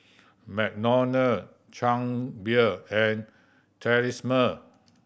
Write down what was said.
McDonald Chang Beer and Tresemme